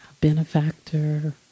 benefactor